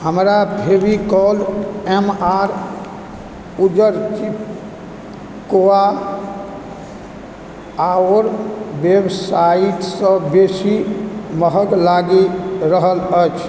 हमरा Fevicol M R उज्जर चिपकौआ आओर वेबसाइट सँ बेसी महग लागि रहल अछि